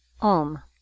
OM